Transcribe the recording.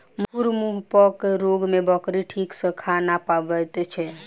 खुर मुँहपक रोग मे बकरी ठीक सॅ खा नै पबैत छै